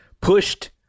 pushed